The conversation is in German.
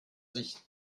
sich